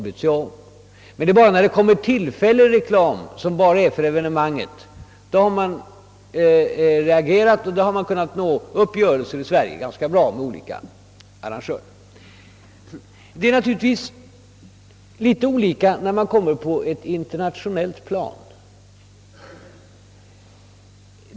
Man har endast reagerat mot tillfällig reklam för ett speciellt arrangemang, och i Sverige har det i allmänhet gått ganska bra att träffa uppgörelser därom med olika arrangörer. Förhållandena blir något annorlunda på det internationella planet.